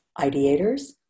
ideators